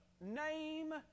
name